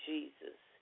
Jesus